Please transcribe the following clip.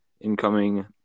incoming